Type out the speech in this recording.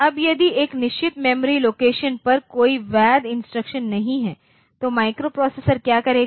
अब यदि एक निश्चित मेमोरी लोकेशन पर कोई वैध इंस्ट्रक्शन नहीं है तो माइक्रोप्रोसेसर क्या करेगा